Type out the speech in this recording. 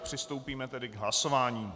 Přistoupíme tedy k hlasování.